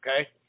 okay